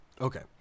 Okay